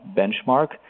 benchmark